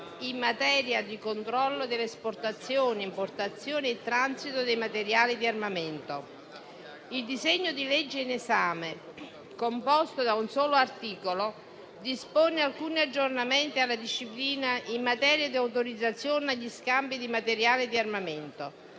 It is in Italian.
in materia di controllo delle esportazioni, importazioni e transito dei materiali di armamento. Il disegno di legge in esame, composto da un solo articolo, dispone alcuni aggiornamenti alla disciplina in materia di autorizzazione agli scambi di materiale di armamento,